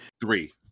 Three